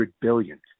billion